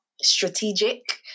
strategic